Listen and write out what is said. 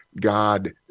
God